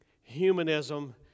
humanism